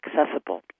accessible